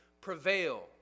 prevail